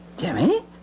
Jimmy